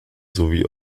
sowie